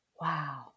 Wow